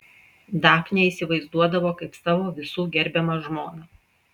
dafnę įsivaizduodavo kaip savo visų gerbiamą žmoną